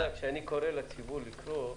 כשאני קורא לציבור לקנות,